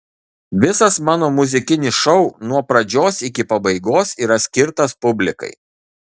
visas mano muzikinis šou nuo pradžios iki pabaigos yra skirtas publikai